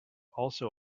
also